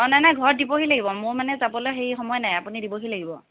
অঁ নাই নাই ঘৰত দিবহি লাগিব মোৰ মানে যাবলৈ হেৰি সময় নাই আপুনি দিবহি লাগিব